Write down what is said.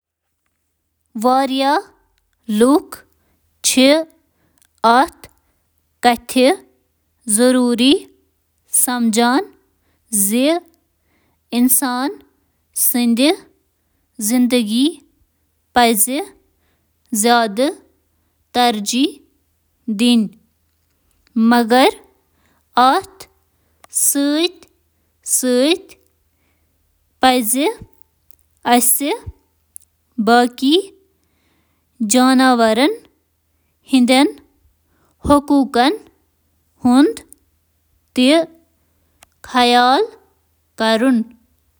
آ، جانورن ہنٛز زندگی کھوتہٕ انسٲنی زندگی ترجیح دیُن چُھ اخلأقی۔